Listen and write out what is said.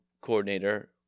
coordinator